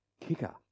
kicker